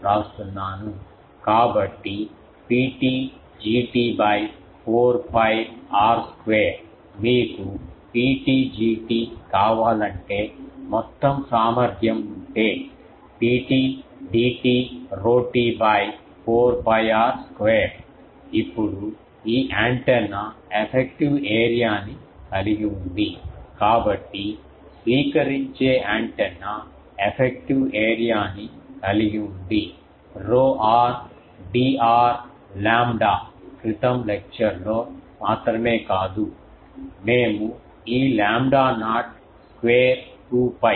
కాబట్టి Pt Gt by 4 𝜋 R square మీకు Pt Gt కావాలంటే మొత్తం సామర్థ్యం ఉంటే Pt Dt ρt by 4 𝜋 R 2 ఇప్పుడు ఈ యాంటెన్నా ఎఫెక్టివ్ ఏరియా ని కలిగి ఉంది కాబట్టి స్వీకరించే యాంటెన్నా ఎఫెక్టివ్ ఏరియా ని కలిగి ఉంది ρr Dr లాంబ్డా క్రితం లెక్చర్ లో మాత్రమే కాదు మేము ఈ లాంబ్డా నాట్ స్క్వేర్ 2 పై